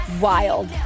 wild